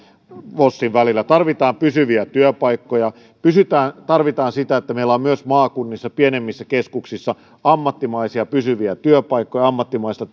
vosin välillä tarvitaan pysyviä työpaikkoja tarvitaan sitä että meillä on myös maakunnissa pienemmissä keskuksissa ammattimaisia pysyviä työpaikkoja ammattimaista